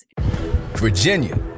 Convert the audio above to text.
Virginia